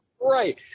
Right